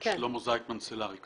אני שלמה זיטמן, מחברת סלאריקס.